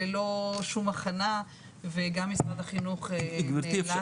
ללא שום הכנה וגם משרד החינוך נאלץ --- גבירתי,